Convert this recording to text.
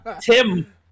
Tim